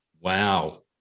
Wow